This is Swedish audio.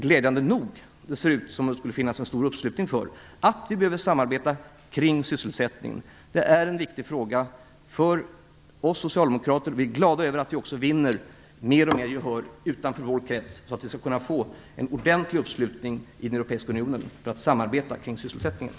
Glädjande nog ser det ut som vi vinner mer och mer gehör utanför vår krets, så att vi i den europeiska unionen kan få en ordentlig uppslutning kring tanken att det behövs ett samarbete kring sysselsättningen. Det är en viktig fråga för oss socialdemokrater.